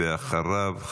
ואחריו,